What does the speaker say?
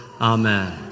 Amen